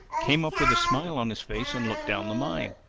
came up with a smile on his face and looked down the mine.